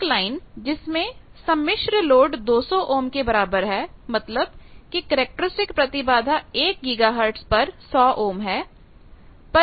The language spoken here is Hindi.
एक लाइन जिसमें सम्मिश्र लोड 200 ओम के बराबर है मतलब कि कैरेक्टरिस्टिक प्रतिबाधा एक गीगाहर्ट पर 100 ओम है